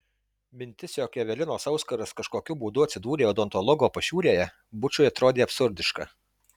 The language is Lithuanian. mintis jog evelinos auskaras kažkokiu būdu atsidūrė odontologo pašiūrėje bučui atrodė absurdiška